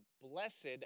blessed